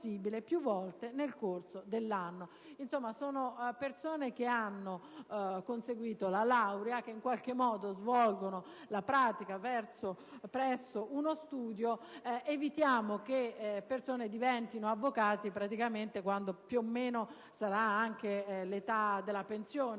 di persone che hanno conseguito la laurea e che, in qualche modo, svolgono la pratica presso uno studio. Evitiamo che questi diventino avvocati quando, più o meno, saranno nell'età della pensione.